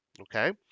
okay